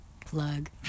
Plug